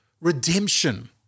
redemption